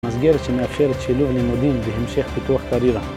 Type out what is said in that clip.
מסגרת שמאפשרת שילוב לימודים והמשך פיתוח קריירה